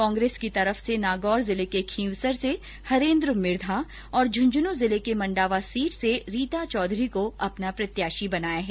कांग्रेस की तरफ से नागौर जिले के खींवसर से हरेन्द्र मिर्घा और झन्झन् जिले के मण्डावा से रीट चौधरी को प्रत्याशी बनाया गया है